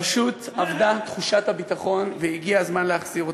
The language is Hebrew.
פשוט אבדה תחושת הביטחון, והגיע הזמן להחזיר אותה.